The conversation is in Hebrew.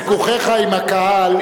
ויכוחיך עם הקהל,